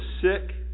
sick